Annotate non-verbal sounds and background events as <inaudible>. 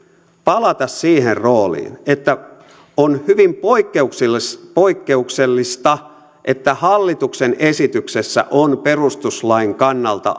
palata siihen rooliin että on hyvin poikkeuksellista poikkeuksellista että hallituksen esityksessä on perustuslain kannalta <unintelligible>